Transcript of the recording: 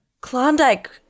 Klondike